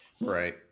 Right